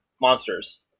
monsters